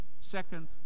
Second